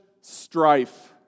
strife